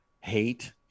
hate